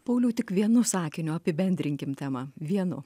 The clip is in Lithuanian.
pauliau tik vienu sakiniu apibendrinkim temą vienu